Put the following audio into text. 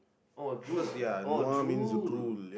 oh drool lah oh drool